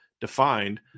defined